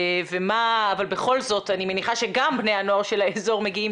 אבל בכל זאת אני מניחה שגם בני הנוער של האזור מגיעים